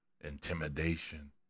intimidation